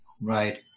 Right